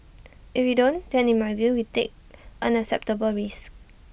if we don't then in my view we take unacceptable risks